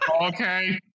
Okay